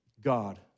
God